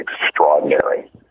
extraordinary